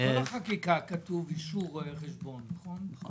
בכל החקיקה כתוב אישור רואה חשבון נכון?